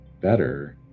better